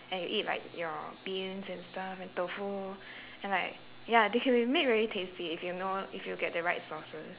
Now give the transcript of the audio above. and eat like your beans and stuff and tofu and like ya they can be made very tasty if you know if you get the right sauces